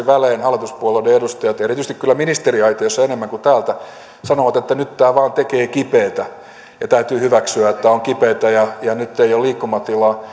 välein hallituspuolueiden edustajat ja erityisesti kyllä ministeriaitiosta enemmän kuin täältä sanovat että nyt tämä vain tekee kipeätä ja täytyy hyväksyä että on kipeätä ja nyt ei ole liikkumatilaa